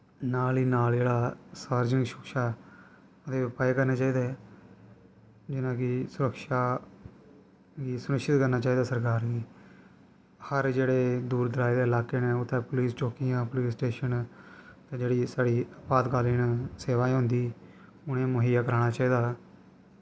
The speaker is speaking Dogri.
नाल ई नाल जेह्ड़ा सार्वजनिक शिक्षा दे उपाय करने चाही दे जियां कि सुरक्षा गी सुनिश्चित करना चाही दा सरकार गी हर जेह्ड़े दूर दराज़ दे लाह्के न उत्थें पुलिस चौकियां पुलिस स्टेशन जेह्ड़ीसाढ़ी आपालकालिन सेवाएं होंदी उनें मुहैया कराना चाही दा